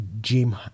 gym